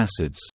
acids